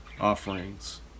offerings